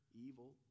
evil